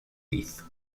leaf